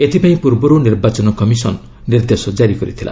ଏଥିପାଇଁ ପୂର୍ବରୁ ନିର୍ବାଚନ କମିଶନ୍ ନିର୍ଦ୍ଦେଶ ଜାରି କରିଥିଲା